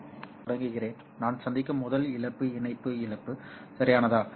நான் அதைத் தொடங்குகிறேன் நான் சந்திக்கும் முதல் இழப்பு இணைப்பு இழப்பு சரியானதா